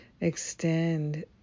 extend